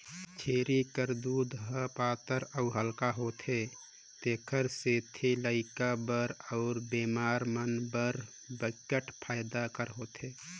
छेरी कर दूद ह पातर अउ हल्का होथे तेखर सेती लइका बर अउ बेमार मन बर बिकट फायदा कर होथे